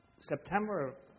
September